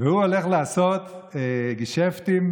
והוא הולך לעשות גשפטים,